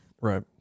Right